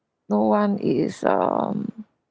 no one is um